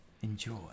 enjoy